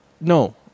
no